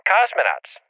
Cosmonauts